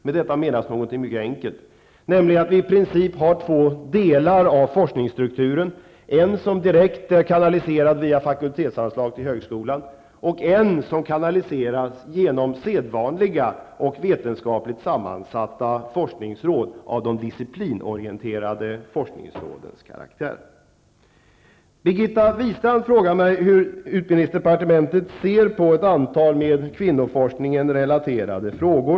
Med detta menas något mycket enkelt, nämligen att vi i princip har två delar av forskningsstrukturen, en som direkt är kanaliserad via fakultetsanslag till högskolan och en som kanaliseras genom sedvanliga och vetenskapligt sammansatta forskningsråd av de disciplinorienterade forskningsrådens karaktär. Birgitta Wistrand frågar mig hur utbildningsdepartementet ser på ett antal med kvinnoforskningsrelaterade frågor.